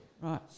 right